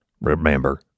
remember